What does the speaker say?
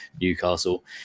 Newcastle